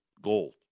gold